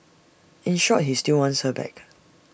in short he still wants her back